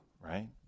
right